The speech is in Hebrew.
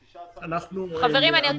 ואני מדבר עכשיו, אני אומר את זה על